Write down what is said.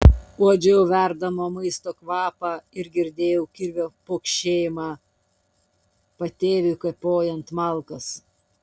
uodžiau verdamo maisto kvapą ir girdėjau kirvio pokšėjimą patėviui kapojant malkas